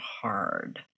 hard